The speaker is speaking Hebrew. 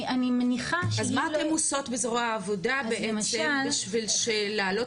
אז מה אתן עושות בזרוע העבודה בעצם בשביל להעלות